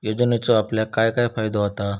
योजनेचो आपल्याक काय काय फायदो होता?